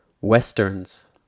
Westerns